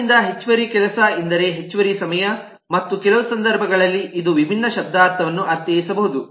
ಆದ್ದರಿಂದ ಹೆಚ್ಚುವರಿ ಕೆಲಸ ಎಂದರೆ ಹೆಚ್ಚುವರಿ ಸಮಯ ಮತ್ತು ಕೆಲವು ಸಂದರ್ಭಗಳಲ್ಲಿ ಇದು ವಿಭಿನ್ನ ಶಬ್ದಾರ್ಥವನ್ನು ಅರ್ಥೈಸಬಹುದು